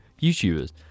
YouTubers